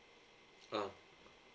ah